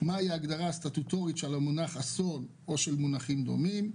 מה היא ההגדרה הסטטוטורית של המונח "אסון" או של מונחים מקבילים,